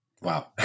Wow